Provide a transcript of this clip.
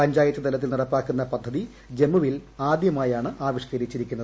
പഞ്ചായത്ത് തലത്തിൽ നടപ്പാക്കുന്ന പദ്ധതി ജമ്മുവിൽ ആദ്യമായാണ് ആവിഷ്ക്കരിച്ചിരിക്കുന്നത്